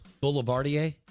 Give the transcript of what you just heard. Boulevardier